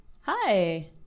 Hi